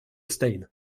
stein